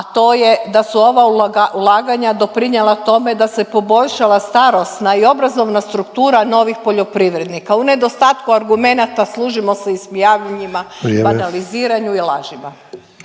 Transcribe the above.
a to je da su ova ulaganja doprinijela tome da se poboljšala starosna i obrazovna struktura novih poljoprivrednika. U nedostatku argumenata služimo se …, …/Upadica Sanader: Vrijeme./… banaliziranju i lažima.